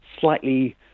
slightly